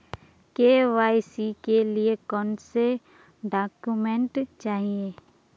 KYC के लिए कौनसे डॉक्यूमेंट चाहिये?